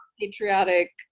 patriotic